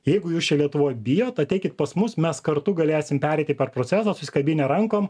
jeigu jūs čia lietuvoj bijot ateikit pas mus mes kartu galėsim pereiti per procesą susikabinę rankom